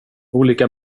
olika